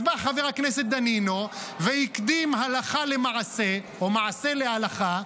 אז בא חבר הכנסת דנינו והקדים הלכה למעשה או מעשה להלכה,